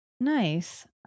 Nice